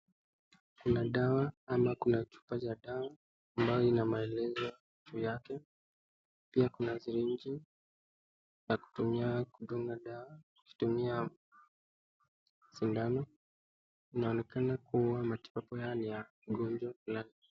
Kuna dawa ama kuna chupa za dawa ambayo ina maelezo juu yake, pia kuna sirinji ya kutumia kudunga dawa ukitumia sindano. Inaonekama kuwa matibabu haya ni ya ugonjwa fulani.